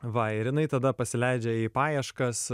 va ir jinai tada pasileidžia į paieškas